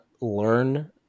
learn